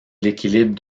l’équilibre